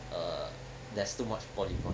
err there's too much polygon